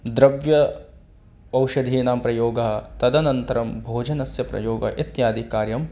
द्रव्य औषधीनां प्रयोगः तदनन्तरं भोजनस्य प्रयोगम् इत्यादि कार्यम्